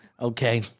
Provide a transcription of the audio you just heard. okay